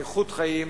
איכות חיים,